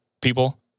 people